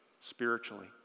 spiritually